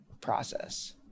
process